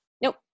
Nope